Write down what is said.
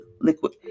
liquid